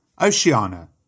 Oceania